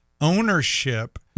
ownership